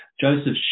Joseph